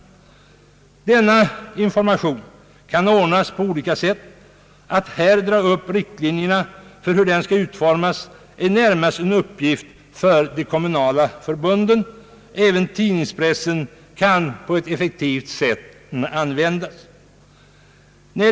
Denna information kan ordnas på olika sätt. Att dra upp riktlinjerna för hur den skall utformas är närmast en uppgift för de kommunala förbunden. Även tidningspressen kan på ett effektivt sätt användas.